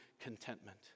contentment